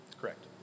Correct